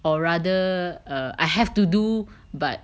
or rather err I have to do but